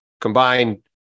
combined